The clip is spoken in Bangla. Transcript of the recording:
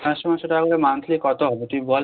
চারশো পাঁচশো টাকা করে মান্থলি কত হবে তুই বল